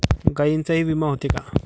गायींचाही विमा होते का?